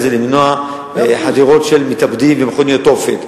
נועדה למנוע חדירות של מתאבדים ומכוניות תופת.